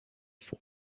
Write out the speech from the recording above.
for